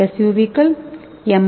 எஸ்யூவிக்கள் M